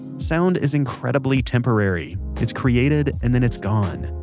sound is incredibly temporary. it's created, and then it's gone.